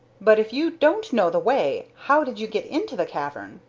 but, if you don't know the way, how did you get into the cavern?